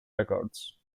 records